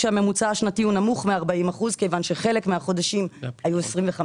שהממוצע השנתי הוא נמוך מ-40% כיוון שחלק מהחודשים היו 25%,